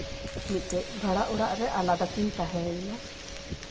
ᱢᱤᱫᱴᱮᱱ ᱵᱷᱟᱲᱟ ᱚᱲᱟᱜ ᱨᱮ ᱟᱞᱟᱫᱟ ᱠᱤᱱ ᱛᱟᱸᱦᱮᱭᱮᱱᱟ